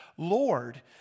Lord